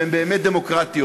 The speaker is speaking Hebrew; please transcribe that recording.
והן באמת דמוקרטיות.